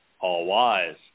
all-wise